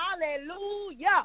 hallelujah